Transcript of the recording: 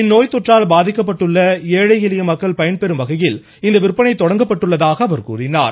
இந்நோய் தொற்றால் பாதிக்கப்பட்டுள்ள ஏழை எளிய மக்கள் பயன்பெறும் வகையில் இந்த விற்பனை தொடங்கப்பட்டுள்ளதாக அவர் கூறினார்